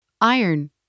iron